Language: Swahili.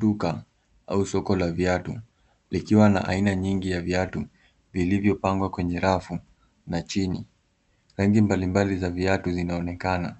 Duka au soko la viatu, likiwa na aina nyingi ya viatu vilivyopangwa kwenye rafu na chini. Rangi mbalimbali za viatu zinaonekana